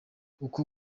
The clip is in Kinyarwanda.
uku